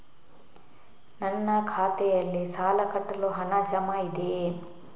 ನನ್ನ ಖಾತೆಯಲ್ಲಿ ಸಾಲ ಕಟ್ಟಲು ಹಣ ಜಮಾ ಇದೆಯೇ?